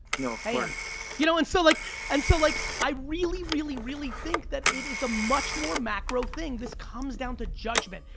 you know um you know and so like and so like i really, really, really think that it's a much more macro thing. this comes down to judgment.